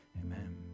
Amen